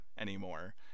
anymore